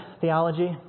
theology